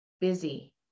Busy